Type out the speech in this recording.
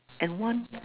and one